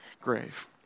grave